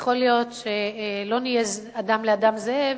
יכול להיות שלא נהיה אדם לאדם זאב,